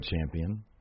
champion